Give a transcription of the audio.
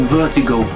vertigo